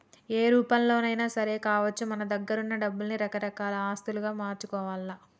ఏ రూపంలోనైనా సరే కావచ్చు మన దగ్గరున్న డబ్బుల్ని రకరకాల ఆస్తులుగా మార్చుకోవాల్ల